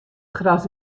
gras